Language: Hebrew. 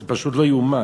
זה פשוט לא יאומן,